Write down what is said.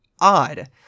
odd